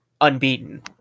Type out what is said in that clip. unbeaten